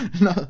no